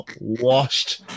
washed